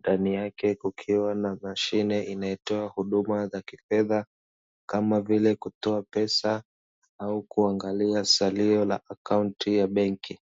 ndani yake kukiwa na mashine inayotoa huduma za kifedha, kama vile kutoa pesa, au kuangalia salio la akaunti ya benki.